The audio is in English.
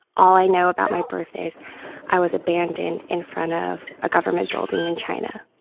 all i know about my birth is i was abandoned in front of a government building in china.